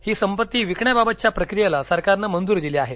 ही संपत्ती विकण्याबाबतच्या प्रक्रियेला सरकारनं मंजूरी दिली आहे